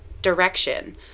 Direction